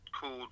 called